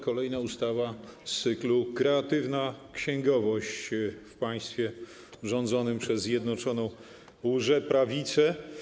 Kolejna ustawa z cyklu: kreatywna księgowość w państwie rządzonym przez Zjednoczoną łże-Prawicę.